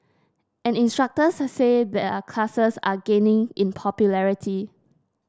and instructors say their classes are gaining in popularity